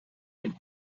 had